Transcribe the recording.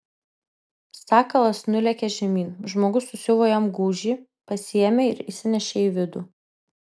sakalas nulėkė žemyn žmogus susiuvo jam gūžį pasiėmė ir įsinešė į vidų